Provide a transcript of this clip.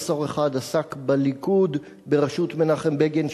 "המסור 1" עסק בליכוד בראשות מנחם בגין,